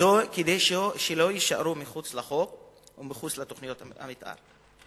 כדי שלא יישארו מחוץ לחוק ומחוץ לתוכניות המיתאר,